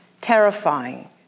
terrifying